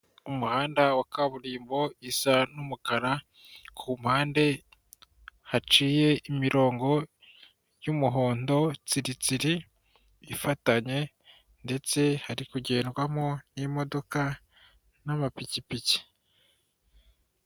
Umuhanda wa kaburimbo isa n'umukara ku mpande haciye imirongo y'umuhondo tsiritsiri ifatanye ndetse hari kugendwamo n'imodoka n'amapikipiki.